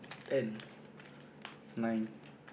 ten nine